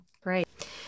Great